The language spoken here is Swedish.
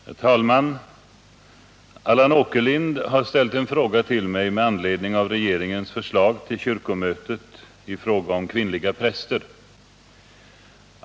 Herr talman! Allan Åkerlind har ställt en fråga till mig med anledning av regeringens förslag till kyrkomötet i fråga om kvinnliga präster.